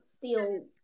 feel